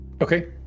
Okay